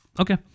Okay